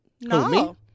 no